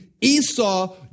Esau